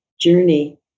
Journey